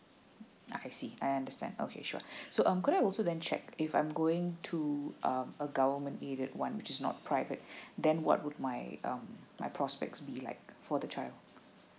I see I understand okay sure so um could I also then check if I'm going to um a government aided one which is not private then what would my um my prospects be like for the child